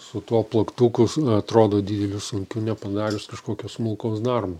su tuo plaktuku atrodo dideliu sunkiu nepadarius kažkokio smulkaus darbo